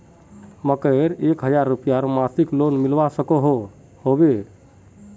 मकईर एक हजार रूपयार मासिक लोन मिलवा सकोहो होबे?